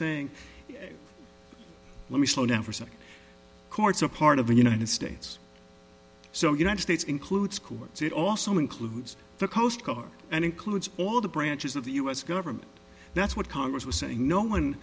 saying let me slow down for sec courts are part of the united states so united states includes courts it also includes the coast guard and includes all the branches of the u s government that's what congress was saying no one